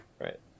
Right